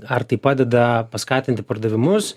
ar tai padeda paskatinti pardavimus